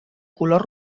color